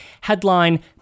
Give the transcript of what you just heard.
headline